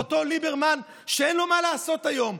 ואותו ליברמן שאין לו מה לעשות היום,